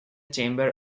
chamber